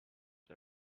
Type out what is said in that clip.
but